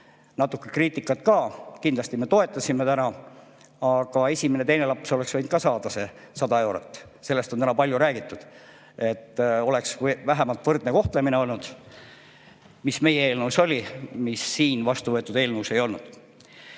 natuke oli kriitikat ka, me toetasime seda täna, aga esimene ja teine laps oleks võinud ka saada see 100 eurot. Sellest on täna palju räägitud, et oleks vähemalt võrdne kohtlemine olnud, mis oli meie eelnõus, aga mida nüüd vastuvõetud eelnõus ei olnud.